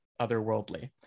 otherworldly